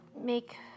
make